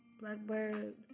Blackbird